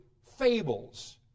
fables